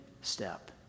step